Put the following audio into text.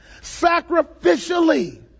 sacrificially